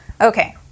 okay